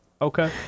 okay